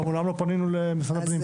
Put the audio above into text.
מעולם לא פנינו למשרד הפנים.